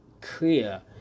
clear